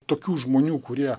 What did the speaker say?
tokių žmonių kurie